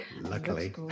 Luckily